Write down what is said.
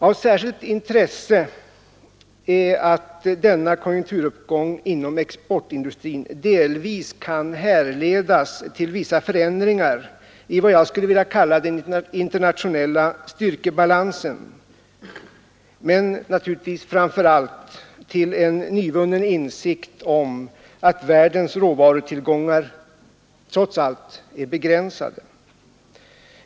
Av särskilt intresse är att denna konjunkturuppgång inom exportindustrin direkt kan härledas till vissa förändringar i vad jag skulle vilja kalla den internationella styrkebalansen men naturligtvis framför allt till en nyvunnen insikt om att världens råvarutillgångar trots allt är begränsade.